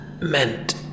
meant